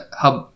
hub